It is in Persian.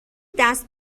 دست